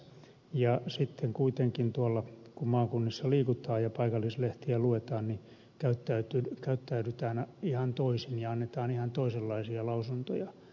ja sitten kuitenkin kun tuolla maakunnissa liikutaan ja paikallislehtiä luetaan niin käyttäydytään ihan toisin ja annetaan ihan toisenlaisia lausuntoja